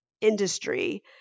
Industry